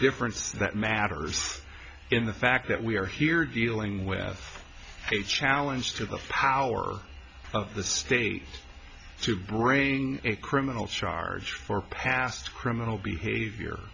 difference that matters in the fact that we are here dealing with a challenge to the power of the state to bring a criminal charge for past criminal behavior